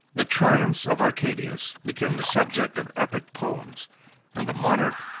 the triumphs of arcadius became the subject of epic poems and the monarch,